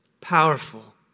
powerful